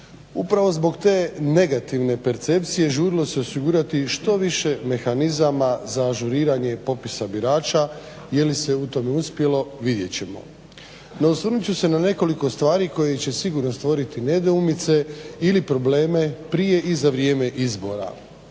Upravo zbog te negativne percepcije žurilo se osigurati što više mehanizama za ažuriranje birača. Jeli se u tome uspjelo? Vidjet ćemo. No osvrnut ću se na nekoliko stvari koje će sigurno stvoriti nedoumice ili probleme prije i za vrijeme izbora.